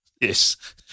Yes